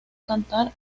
cantar